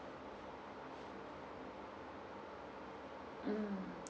mm